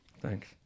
Thanks